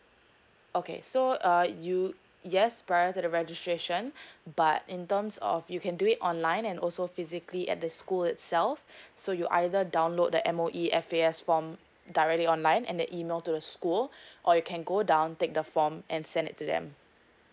okay so uh you yes prior to the registration but in terms of you can do it online and also physically at the school itself so you either download the M_O_E F_A_S form directly online and then email to the school or you can go down take the form and send it to them